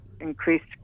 increased